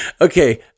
Okay